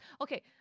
Okay